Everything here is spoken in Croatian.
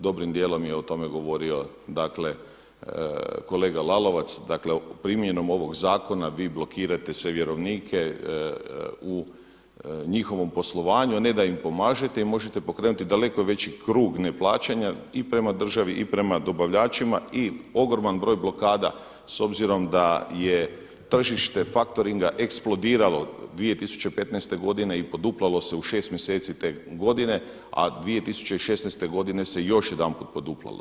Dobrim dijelom je o tome govorio kolega Lalovac, dakle primjenom ovog zakona vi blokirate sve vjerovnike u njihovom poslovanju, a ne da im pomažete i možete pokrenuti daleko veći krug neplaćanja i prema državi i prema dobavljačima i ogroman broj blokada s obzirom da je tržište faktoringa eksplodiralo 2015. godine i poduplalo se u šest mjeseci te godine, a 2016. godine se još jedanput poduplalo.